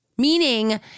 Meaning